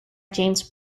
james